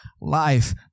life